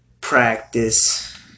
Practice